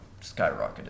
skyrocketed